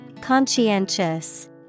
Conscientious